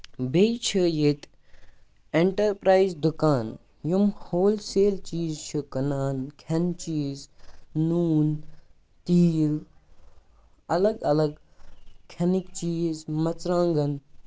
بیٚیہِ چھِ ییٚتہِ اینٹرپرایز دُکان یِم ہول سیل چیٖز چھِ کٔنان کٮھٮ۪نہٕ چیٖز نوٗن تیٖل الگ الگ کھٮ۪نٕکۍ چیٖز مَژرانگن